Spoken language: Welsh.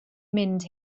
mynd